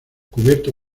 cubierto